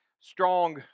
strong